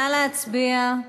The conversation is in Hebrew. נא להצביע.